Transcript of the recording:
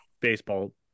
baseball